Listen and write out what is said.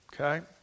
Okay